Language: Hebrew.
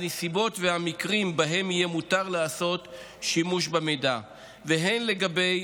הנסיבות והמקרים שבהם יהיה מותר לעשות שימוש במידע והן לגבי